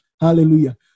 Hallelujah